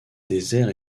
déserts